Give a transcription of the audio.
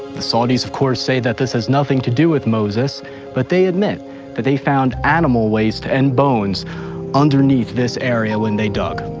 the saudis of course say this has nothing to do with moses but they admit that they found animal waste and bones underneath this area when they dug.